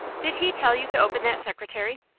did he tell you to open that secretary?